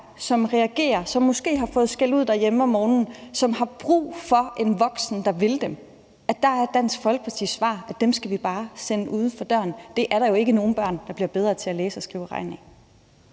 som reagerer, som måske har fået skældud derhjemme om morgenen, og som har brug for en voksen, der vil dem, at dem skal vi bare sende uden for døren. Det er der jo ikke nogen børn der bliver bedre til at læse, skrive og regne af.